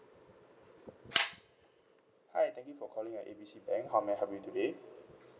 hi thank you for calling A B C bank how may I help you today